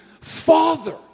father